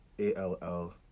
A-L-L